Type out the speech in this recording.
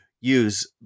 use